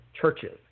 churches